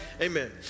Amen